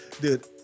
dude